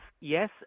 yes